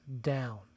down